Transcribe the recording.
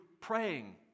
praying